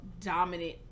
dominant